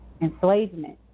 enslavement